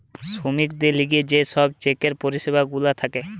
শ্রমিকদের লিগে যে সব চেকের পরিষেবা গুলা থাকে